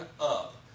up